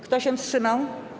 Kto się wstrzymał?